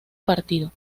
partido